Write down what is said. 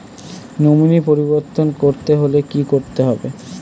Nominee পরিবর্তন করতে হলে কী করতে হবে?